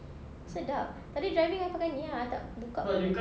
sedap tadi driving I pakai ini ah I tak buka pun